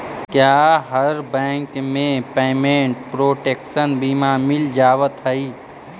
क्या हर बैंक में पेमेंट प्रोटेक्शन बीमा मिल जावत हई